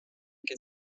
que